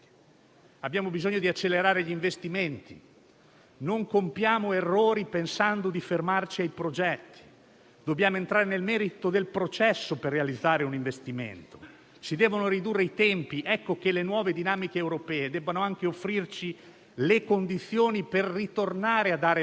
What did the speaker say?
C'è differenza: come un vaccino non è la vaccinazione, così un progetto non è l'opera pubblica realizzata; lì in mezzo c'è il ruolo dello Stato, che dev'essere nelle condizioni di garantire efficacia ed efficienza. Prendo atto con grande favore dell'indirizzo che ho visto: